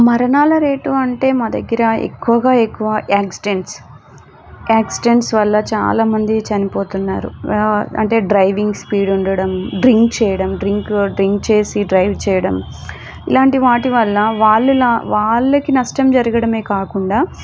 మరణాల రేటు అంటే మా దగ్గర ఎక్కువగా ఎక్కువ యాక్సిడెంట్స్ యాక్సిడెంట్స్ వల్ల చాలామంది చనిపోతున్నారు అంటే డ్రైవింగ్ స్పీడ్ ఉండడం డ్రింక్ చేయడం డ్రింక్ డ్రింక్ చేసి డ్రైవ్ చేయడం ఇలాంటి వాటి వల్ల వాళ్ళు లా వాళ్ళకి నష్టం జరగడమే కాకుండా